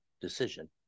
decision